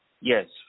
Yes